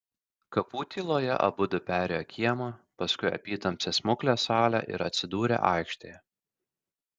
kapų tyloje abudu perėjo kiemą paskui apytamsę smuklės salę ir atsidūrė aikštėje